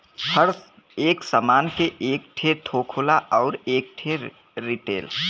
हर एक सामान के एक ठे थोक होला अउर एक ठे रीटेल